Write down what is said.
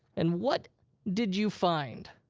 and what did you find?